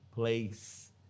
place